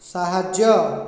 ସାହାଯ୍ୟ